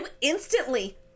instantly